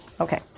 Okay